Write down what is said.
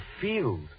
field